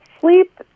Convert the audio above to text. Sleep